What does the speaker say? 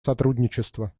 сотрудничества